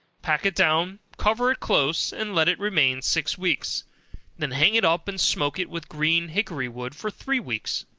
pack it down, cover it close, and let it remain six weeks then hang it up and smoke it with green hickory wood for three weeks.